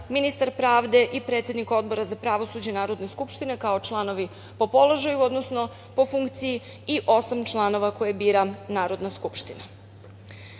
ministar pravde i predsednik Odbora za pravosuđe Narodne skupštine kao članovi po položaju, odnosno po funkciji i osam članova koje bira Narodna skupština. Dalje,